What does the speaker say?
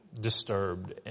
disturbed